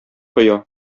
коя